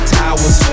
towers